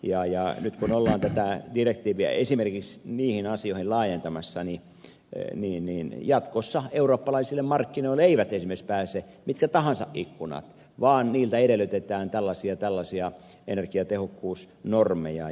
nyt kun ollaan tätä direktiiviä esimerkiksi niihin asioihin laajentamassa jatkossa eurooppalaisille markkinoille eivät esimerkiksi pääse mitkä tahansa ikkunat vaan niiltä edellytetään tällaisia ja tällaisia energiatehokkuusnormeja